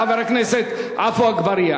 חבר הכנסת בן-ארי,